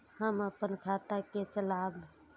हम अपन खाता के चलाब?